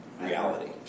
reality